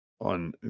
on